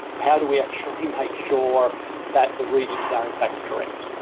how do we actually make sure that the readings are in fact correct?